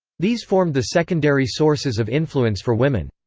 these formed the secondary sources of influence for women.